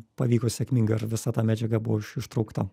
pavyko sėkmingai ir visa ta medžiaga buvo iš ištraukta